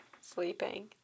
sleeping